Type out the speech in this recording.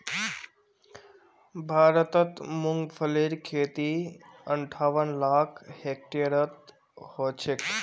भारतत मूंगफलीर खेती अंठावन लाख हेक्टेयरत ह छेक